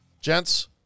gents